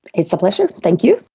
it's a pleasure, thank you.